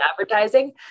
advertising